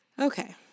Okay